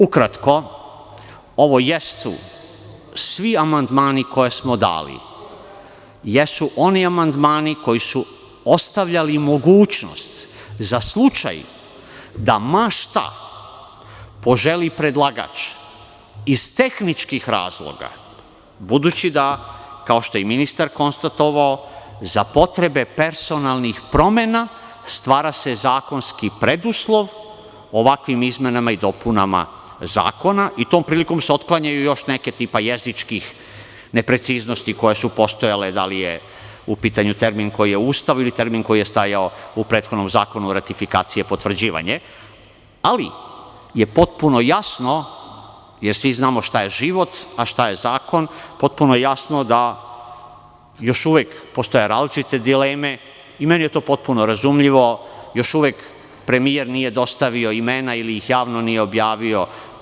Ukratko, ovo jesu svi amandmani koje smo dali, jesu oni amandmani koji su ostavljali mogućnost za slučaj da ma šta poželi predlagač iz tehničkih razloga, budući da kao što je i ministar konstatovao za potrebe personalnih promena, stvara se zakonski preduslov ovakvim izmenama i dopunama zakona i tom priliko se otklanjaju i još neke, tipa jezičkih nepreciznosti koje su postojale, da li je u pitanju koji je u Ustavu ili termin koji je stajao u prethodnom zakonu ratifikacije potvrđivanje, ali, je potpuno jasno, jer svi znamo šta je život a šta je zakon, potpuno je jasno da još uvek postoje različite dileme i meni je to potpuno razumljivo, još uvek premijer nije dostavio imena ili ih javno nije objavio.